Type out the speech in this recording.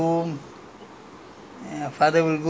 and we don't know the people there and all that !aiya!